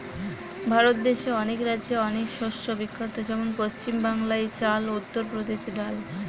ভারত দেশে অনেক রাজ্যে অনেক শস্য বিখ্যাত যেমন পশ্চিম বাংলায় চাল, উত্তর প্রদেশে ডাল